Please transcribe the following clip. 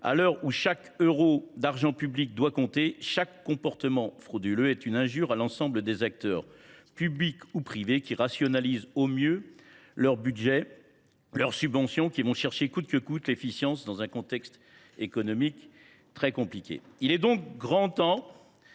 Alors que chaque euro d’argent public doit compter, chaque comportement frauduleux est une injure lancée à l’ensemble des acteurs, publics ou privés, qui rationalisent au mieux leurs budgets, leurs subventions, qui vont chercher coûte que coûte l’efficience, malgré le contexte économique très difficile. Il est donc grand temps